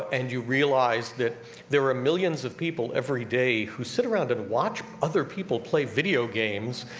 um and you realize that there are millions of people every day who sit around and watch other people play video games,